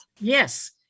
Yes